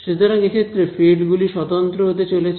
সুতরাং এক্ষেত্রে ফিল্ড গুলি স্বতন্ত্র হতে চলেছে